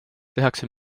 tehakse